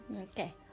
Okay